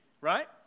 right